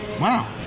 wow